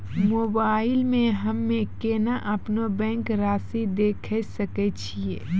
Mobile मे हम्मय केना अपनो बैंक रासि देखय सकय छियै?